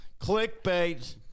Clickbait